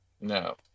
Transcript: no